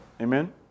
Amen